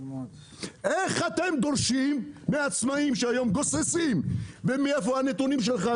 איך אתם דורשים מעצמאים שהיום גוססים ומאיפה הנתונים שלך,